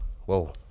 whoa